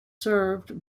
served